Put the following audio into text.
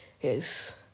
yes